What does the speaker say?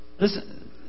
Listen